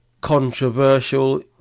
controversial